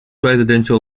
residential